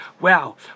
Wow